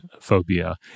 phobia